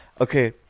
Okay